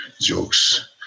jokes